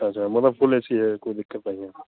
अच्छा मतलब full A C है कोई दिक्कत नहीं है